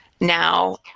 now